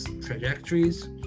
Trajectories